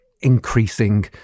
Increasing